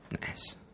Nice